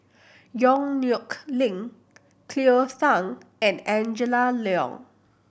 Yong Nyuk Lin Cleo Thang and Angela Liong